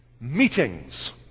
meetings